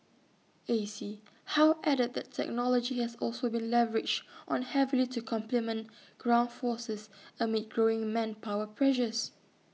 A C How added that technology has also been leveraged on heavily to complement ground forces amid growing manpower pressures